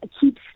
keeps